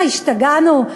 מה, השתגענו?